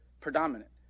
predominant